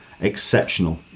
exceptional